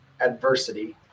adversity